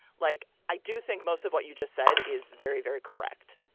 like i do think most of what you just said is very, very correct.